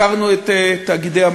לדייק.